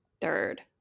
third